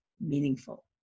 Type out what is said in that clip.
meaningful